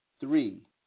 three